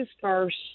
first